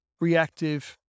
reactive